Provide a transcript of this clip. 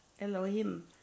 Elohim